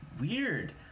weird